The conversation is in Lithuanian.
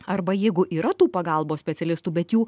arba jeigu yra tų pagalbos specialistų bet jų